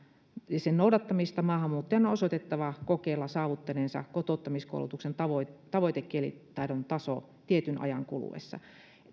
ja sen noudattamista maahanmuuttajan on osoitettava kokeilla saavuttaneensa kotouttamiskoulutuksen tavoitekielitaidon tason tietyn ajan kuluessa